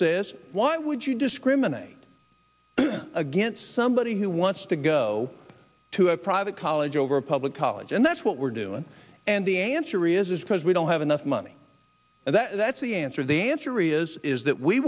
says would you discriminate against somebody who wants to go to a private college over a public college and that's what we're doing and the answer is because we don't have enough money and that's the answer the answer really is is that we